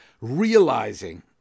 realizing